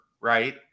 Right